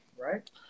right